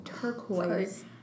Turquoise